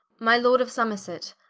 my lord of somerset,